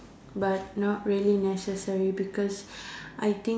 but not really necessary because I think